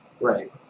Right